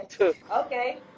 Okay